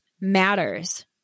matters